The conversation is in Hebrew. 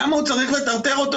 למה הוא צריך לטרטר אותו?